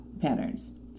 patterns